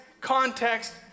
context